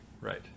right